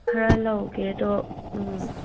ꯈꯔꯥ ꯂꯧꯒꯦ ꯑꯗꯣ